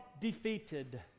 defeated